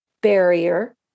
barrier